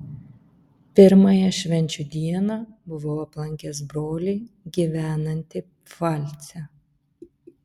pirmąją švenčių dieną buvau aplankęs brolį gyvenantį pfalce